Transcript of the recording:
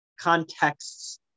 contexts